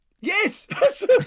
Yes